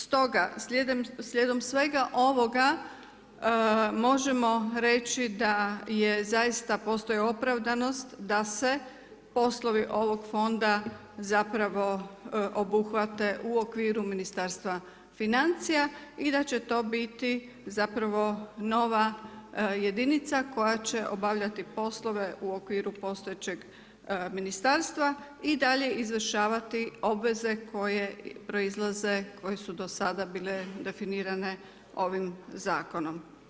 Stoga slijedom svega ovoga možemo reći da zaista postoji opravdanost da se poslovi ovog fonda zapravo obuhvate u okviru Ministarstva financija i da će to biti zapravo nova jedinica koja će obavljati poslove u okviru postojećeg ministarstva i dalje izvršavati obveze koje proizlaze, koje su do sad bile definirane ovom zakonom.